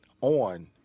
on